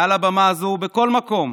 מעל הבמה הזו ובכל מקום,